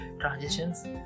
transitions